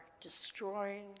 destroying